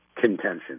contention